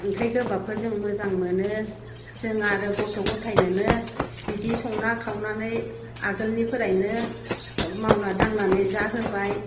ओंख्रि गोबाबखो जों मोजां मोनो जों आरो गथ' गथायनोनो बिदि संना खावनानै आगोलनिफ्रायनो मावना दांनानै जाहोबाय